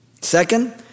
Second